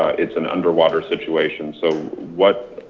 it's an underwater situation. so what,